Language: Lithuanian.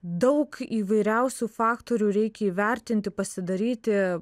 daug įvairiausių faktorių reikia įvertinti pasidaryti